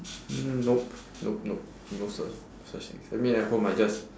nope nope nope no suc~ such thing I mean at home I just